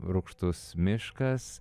rūgštus miškas